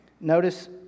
Notice